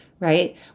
right